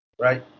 Right